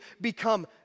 become